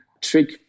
trick